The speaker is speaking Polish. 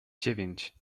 dziewięć